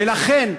ולכן,